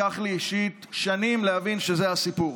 לקח לי אישית שנים להבין שזה הסיפור,